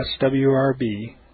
swrb